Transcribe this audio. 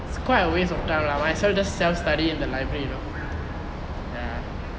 it's quite a waste of time lah might as well just self study in the library you know ya